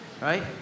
right